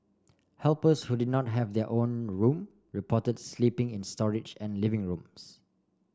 helpers who did not have their own room reported sleeping in storage and living rooms